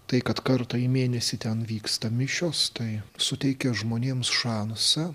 tai kad kartą į mėnesį ten vyksta mišios tai suteikia žmonėms šansą